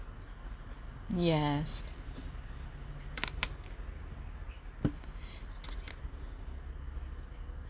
yes